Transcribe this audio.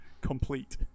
complete